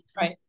right